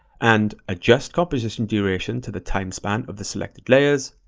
and adjust composition duration to the time span of the selected layers.